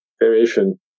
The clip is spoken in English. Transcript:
variation